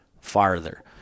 farther